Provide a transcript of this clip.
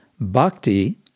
bhakti